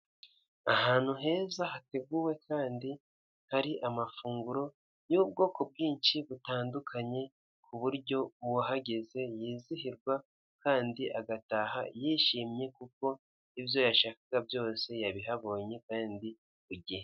Ahantu heza hateguwe kandi hari amafunguro y'ubwoko bwinshi butandukanye ku buryo uwahageze yizihirwa kandi agataha yishimye kuko ibyo yashakaga byose yabihabonye kandi ku gihe.